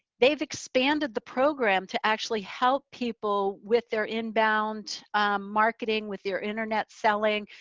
they've expanded the program to actually help people with their inbound marketing, with their internet selling.